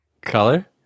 color